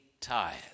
tires